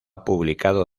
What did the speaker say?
publicado